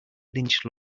lynch